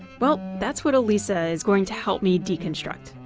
well that's what alisa is going to help me deconstruct.